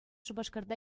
шупашкарта